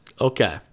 Okay